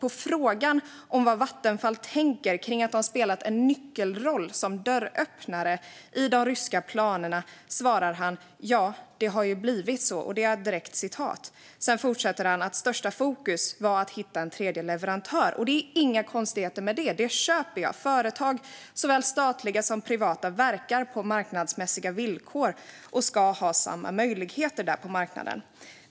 På frågan vad Vattenfall tänker kring att ha spelat en nyckelroll som dörröppnare i de ryska planerna svarar han: Ja, det har ju blivit så. Han säger vidare att största fokus var att hitta en tredje leverantör. Det är inga konstigheter med det. Det köper jag. Företag, såväl statliga som privata, verkar på marknadsmässiga villkor och ska ha samma möjligheter på marknaden.